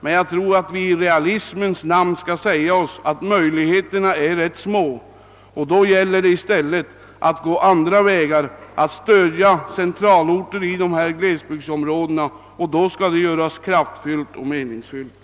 Vi måste nog i realismens namn säga oss, att möjligheterna att lokalisera industrier till dessa bygder är rätt små och att vi i stället måste tillgripa andra utvägar när det gäller att på ett meningsfullt sätt stödja centralorterna i glesbygdsområdena.